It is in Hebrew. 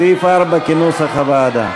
סעיף 4 כנוסח הוועדה.